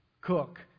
cook